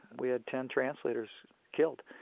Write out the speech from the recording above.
we had ten translators killed.